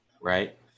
right